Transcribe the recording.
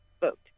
vote